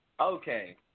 Okay